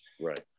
right